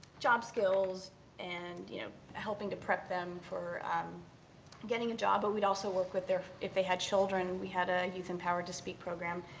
job skills and you know helping to prep them for getting a job, but we'd also work with their if they had children, we had a youth empower to speak program,